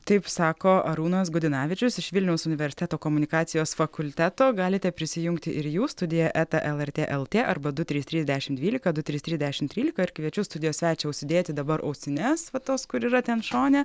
taip sako arūnas gudinavičius iš vilniaus universiteto komunikacijos fakulteto galite prisijungti ir jūs studija eta lrt lt arba du trys trys dešimt dvylika du trys trys dešimt trylika ir kviečiu studijos svečią užsidėti dabar ausines va tos kur yra ten šone